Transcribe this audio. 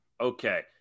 Okay